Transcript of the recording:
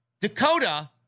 Dakota